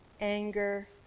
anger